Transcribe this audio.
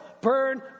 burn